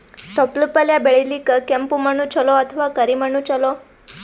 ತೊಪ್ಲಪಲ್ಯ ಬೆಳೆಯಲಿಕ ಕೆಂಪು ಮಣ್ಣು ಚಲೋ ಅಥವ ಕರಿ ಮಣ್ಣು ಚಲೋ?